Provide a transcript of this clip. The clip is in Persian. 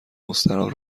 مستراح